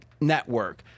network